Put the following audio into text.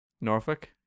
norfolk